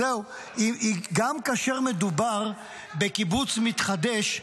גם כאשר מדובר בקיבוץ מתחדש,